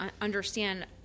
understand